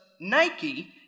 Nike